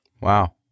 Wow